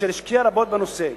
אשר השקיעה רבות בנושא.